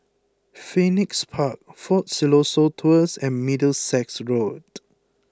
Phoenix Park Fort Siloso Tours and Middlesex Road